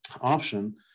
option